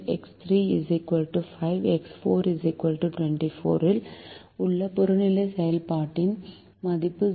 X 3 5 x 4 24 இல் உள்ள புறநிலை செயல்பாட்டின் மதிப்பு 0